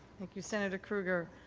thank you, senator krueger.